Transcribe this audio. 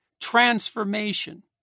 transformation